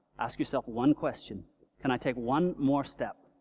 ask yourself one question can i take one more step?